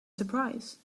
surprise